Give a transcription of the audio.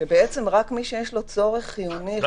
שמתאפשרת רק למי שיש לו צורך חיוני וחריג,